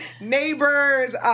neighbors